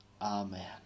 Amen